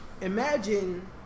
Imagine